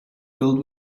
filled